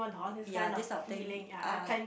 ya this type of thing uh